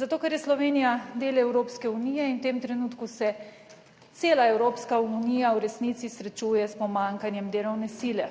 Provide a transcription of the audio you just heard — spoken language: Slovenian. Zato, ker je Slovenija del Evropske unije in v tem trenutku se cela Evropska unija v resnici srečuje s pomanjkanjem delovne sile.